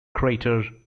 crater